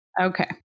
Okay